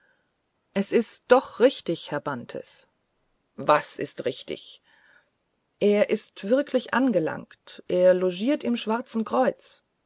es ist doch richtig herr bantes was ist richtig er ist wirklich angelangt er logiert im schwarzen kreuz